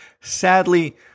Sadly